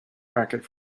racket